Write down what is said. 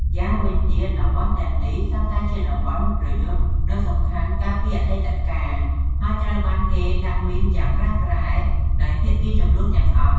ម្យ៉ាងវិញទៀត តំបន់ទាំងនេះសុទ្ធតែជាតំបន់ប្រយុទ្ធដ៏សំខាន់កាលពីអតីតកាល ហើយត្រូវបានគេដាក់មីនយ៉ាងក្រាស់ក្រែលដោយភាគីជម្លោះទាំងអស់។